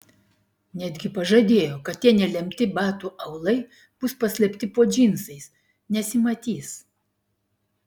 netgi pažadėjo kad tie nelemti batų aulai bus paslėpti po džinsais nesimatys